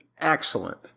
Excellent